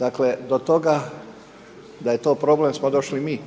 Dakle, do toga da je to problem, smo došli mi.